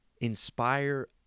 Inspire